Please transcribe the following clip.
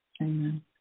Amen